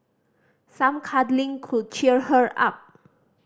some cuddling could cheer her up